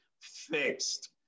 fixed